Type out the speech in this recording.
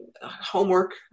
homework